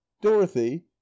Dorothy